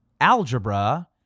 Algebra